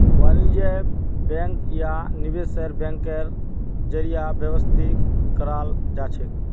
वाणिज्य बैंक या निवेश बैंकेर जरीए व्यवस्थित कराल जाछेक